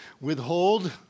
Withhold